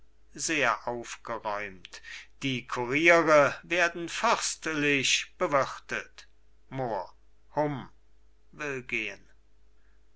sehr aufgeräumt die kuriere werden fürstlich bewirtet mohr hum will gehen